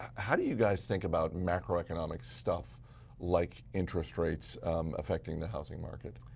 how do you guys think about macroeconomic stuff like interest rates affecting the housing market?